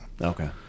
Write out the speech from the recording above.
Okay